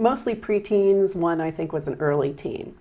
mostly pre teens one i think was an early teen